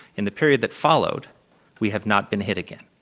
in the period that followed we have not been hit again.